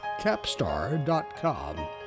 capstar.com